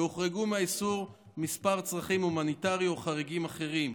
והוחרגו מהאיסור כמה צרכים הומניטריים או חריגים אחרים.